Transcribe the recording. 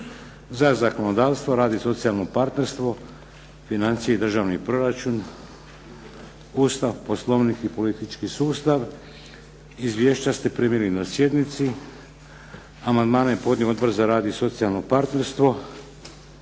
za zakonodavstvo, rad i socijalno partnerstvo, financije i državni proračun, Ustav, Poslovnik i politički sustav. Izvješća ste primili na sjednici. Amandmane je podnio Odbor za rad i socijalno partnerstvo.